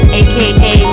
aka